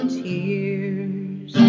tears